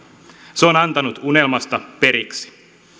se on antanut unelmasta periksi